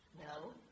no